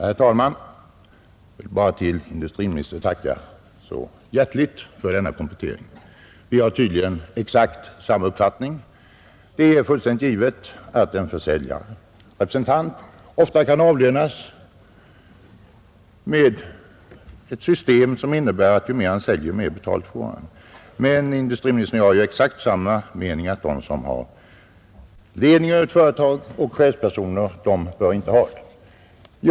Herr talman! Jag vill tacka industriministern så hjärtligt för denna komplettering. Vi har tydligen exakt samma uppfattning. Det är för Övrigt givet att en försäljare ofta kan avlönas efter ett system som innebär att ju mer han säljer, ju mer betalt får han. Men industriministern och jag har exakt samma mening när det gäller dem som har ledningen över ett företag och chefspersoner: de bör inte ha den löneformen.